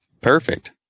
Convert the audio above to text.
perfect